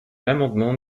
l’amendement